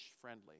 friendly